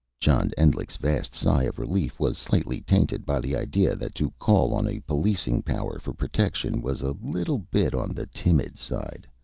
john endlich's vast sigh of relief was slightly tainted by the idea that to call on a policing power for protection was a little bit on the timid side.